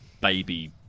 baby